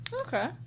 Okay